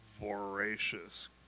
voracious